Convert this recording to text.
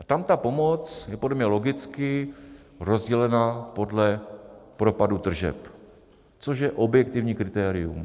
Tam ta pomoc je podle mě logicky rozdělena podle propadu tržeb, což je objektivní kritérium.